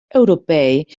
europei